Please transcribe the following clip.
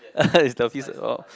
is the at all